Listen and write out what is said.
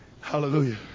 Hallelujah